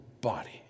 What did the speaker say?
body